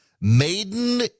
maiden